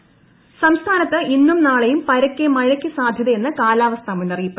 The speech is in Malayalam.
മഴ സംസ്ഥാനത്ത് ഇന്നും നാളെയും പരക്കെ മഴയ്ക്ക് സാധ്യതയെന്ന് കാലാവസ്ഥാ മുന്നറിയിപ്പ്